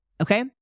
okay